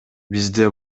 бизде